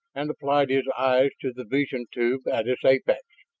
and applied his eyes to the vision tube at its apex.